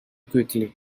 quickly